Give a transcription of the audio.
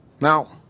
Now